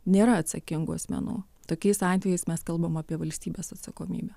nėra atsakingų asmenų tokiais atvejais mes kalbam apie valstybės atsakomybę